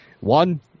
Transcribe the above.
one